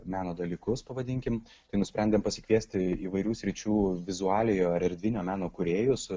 meno dalykus pavadinkim tai nusprendėm pasikviesti įvairių sričių vizualiojo ar erdvinio meno kūrėjus